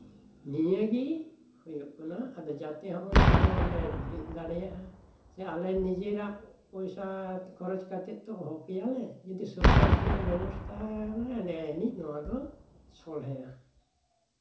ᱱᱤᱭᱟᱹᱜᱮ ᱦᱩᱭᱩᱜ ᱠᱟᱱᱟ ᱟᱫᱚ ᱡᱟᱛᱮ ᱦᱚᱸᱜᱼᱚ ᱱᱚᱣᱟ ᱠᱚᱞᱮ ᱵᱮᱨᱮᱫ ᱫᱟᱲᱮᱭᱟᱜᱼᱟ ᱥᱮ ᱟᱞᱮ ᱱᱤᱡᱮᱨᱟᱜ ᱯᱚᱭᱥᱟ ᱠᱷᱚᱨᱚᱪ ᱠᱟᱛᱮᱜ ᱛᱚ ᱚᱦᱚ ᱠᱮᱭᱟᱞᱮ ᱡᱩᱫᱤ ᱥᱚᱨᱠᱟᱨ ᱠᱷᱚᱱᱟᱜ ᱵᱮᱵᱚᱥᱛᱷᱟ ᱟᱞᱮᱭᱟ ᱮᱸᱰᱮ ᱟᱹᱱᱤᱡ ᱱᱚᱣᱟ ᱫᱚ ᱥᱚᱞᱦᱮ ᱟ